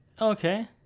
Okay